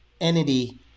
entity